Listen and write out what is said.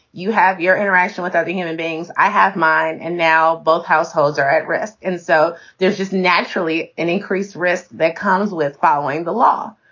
you have your interaction with other human beings. i have mine. and now both households are at risk. and so there's just naturally an increased risk that comes with following the law.